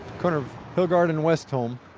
corner of hilgard and westholme.